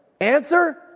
Answer